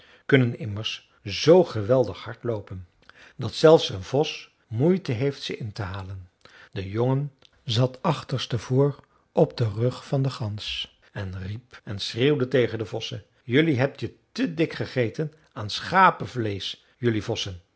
kunnen immers zoo geweldig hard loopen dat zelfs een vos moeite heeft ze in te halen de jongen zat achterstevoor op den rug van de gans en riep en schreeuwde tegen de vossen jelui hebt je te dik gegeten aan schapenvleesch jelui vossen